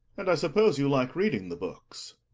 and i suppose you like reading the books?